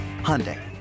Hyundai